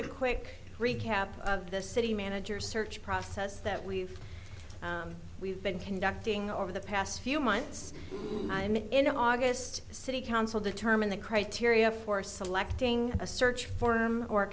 a quick recap of the city manager search process that we've we've been conducting over the past few months and in august city council determine the criteria for selecting a search for